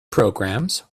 programs